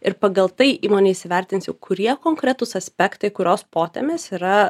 ir pagal tai įmonė įsivertins jau kurie konkretūs aspektai kurios potemės yra